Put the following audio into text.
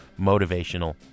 motivational